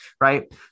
right